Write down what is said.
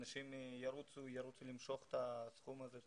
אנשים ירוצו למשוך את הסכום הזה.